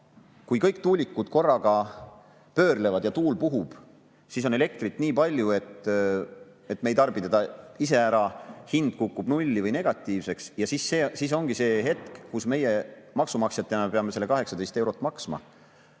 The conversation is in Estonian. kui kõik tuulikud korraga pöörlevad ja tuul puhub, siis on elektrit nii palju, et me ei tarbi seda ise ära, hind kukub nulli või negatiivseks. Ja siis ongi see hetk, kus meie maksumaksjatena peame selle 18 eurot maksma.